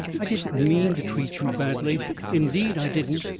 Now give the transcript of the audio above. i didn't mean to treat you badly indeed i didn't.